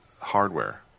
hardware